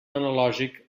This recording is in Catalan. analògic